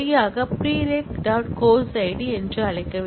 course id என்று அழைக்க வேண்டும்